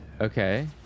Okay